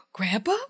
Grandpa